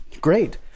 Great